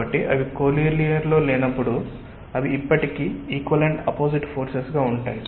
కాబట్టి అవి కోలినియర్ కానప్పుడు అవి ఇప్పటికీ ఈక్వల్ అపోసిట్ ఫోర్సెస్ గా ఉంటాయి